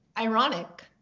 ironic